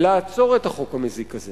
לעצור את החוק המזיק הזה